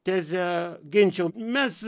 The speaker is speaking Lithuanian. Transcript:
tezę ginčiau mes